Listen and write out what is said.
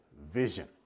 Vision